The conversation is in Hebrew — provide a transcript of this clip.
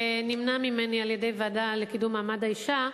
נמנע ממני, על-ידי הוועדה לקידום מעמד האשה,